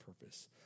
purpose